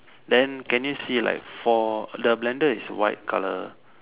then can you see like four the blender is white colour